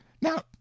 now